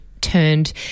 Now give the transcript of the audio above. turned